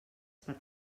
per